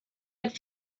had